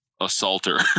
assaulter